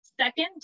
Second